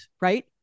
Right